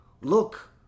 look